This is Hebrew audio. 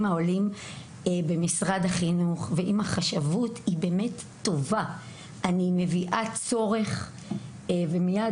העולים במשרד החינוך היא באמת טובה; אני מביאה צורך ומיד